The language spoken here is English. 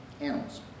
animals